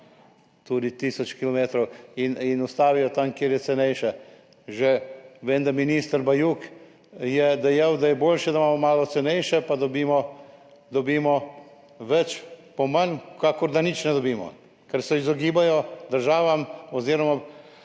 tudi tisoč kilometrov, in ustavijo tam, kjer je cenejše. Vem, da je že minister Bajuk dejal, da je boljše, da imamo malo cenejše, pa dobimo več po manj, kakor da nič ne dobimo, ker se izogibajo državam oziroma